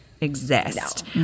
exist